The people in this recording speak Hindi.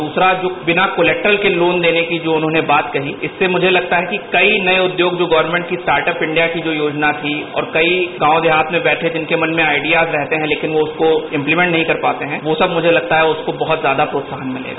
द्रसरा जो उन्होंने बिना कोलैक्ट्रल के लोन देने की बात कही उससे लगता है कई नए उद्योग जो गवर्मेन्ट की स्टार्टअप इंडिया की जो योजना थी और कई गांव देहात में बैठे जिनके मन में आइडियाज़ रहते हैं लेकिन वे उसको इम्लीमेन्ट नहीं कर पाते हैं वो सब मुझे लगता है उन्हें बहुत ज्यादा प्रोत्साहन मिलेगा